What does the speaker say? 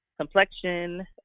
complexion